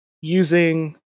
using